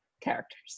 characters